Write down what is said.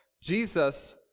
Jesus